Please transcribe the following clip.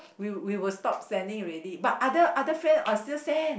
we will we will stop sending already but other other friends are still send